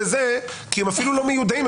כי הם אפילו לא מיודעים,